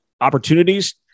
opportunities